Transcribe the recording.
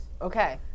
Okay